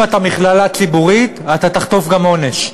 אם אתה מכללה ציבורית, אתה תחטוף גם עונש,